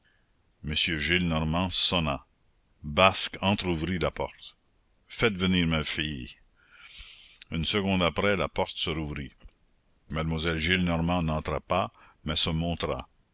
m gillenormand sonna basque entr'ouvrit la porte faites venir ma fille une seconde après la porte se rouvrit mademoiselle gillenormand n'entra pas mais se montra